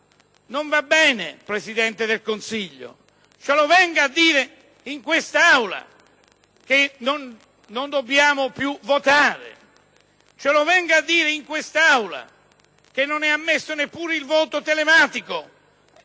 Non va bene, signor Presidente del Consiglio: ce lo venga a dire in quest'Aula che non dobbiamo più votare. Ce lo venga a dire in quest'Aula che non è ammesso neppure il voto elettronico